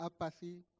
apathy